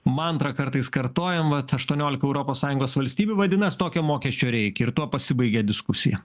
mantrą kartais kartojam vat aštuoniolika europos sąjungos valstybių vadinas tokio mokesčio reikia ir tuo pasibaigia diskusija